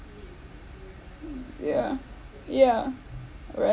mm yeah yeah right